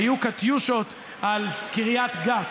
קטיושות על קריית גת.